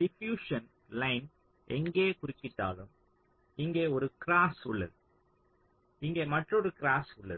diffusion line எங்கே குறுக்கிட்டாலும் இங்கே ஒரு கிராஸ் உள்ளது இங்கே மற்றொரு கிராஸ் உள்ளது